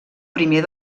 primer